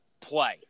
play